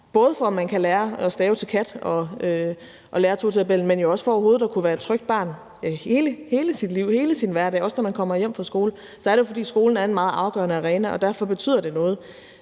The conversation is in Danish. både for at man kan lære at stave til kat og lære totabellen men jo også for overhovedet at kunne være tryg barn hele sit liv, hele sin hverdag, også når man går hjem fra skole, så er det jo, fordi skolen er en meget afgørende arena, og derfor betyder det noget.